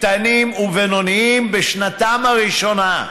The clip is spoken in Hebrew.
קטנים ובינוניים בשנתם הראשונה.